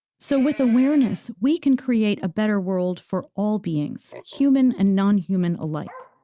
so, with awareness we can create a better world for all beings, human and nonhuman alike.